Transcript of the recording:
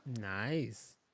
Nice